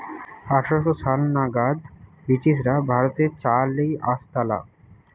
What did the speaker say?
আঠার শ সাল নাগাদ ব্রিটিশরা ভারতে চা লেই আসতালা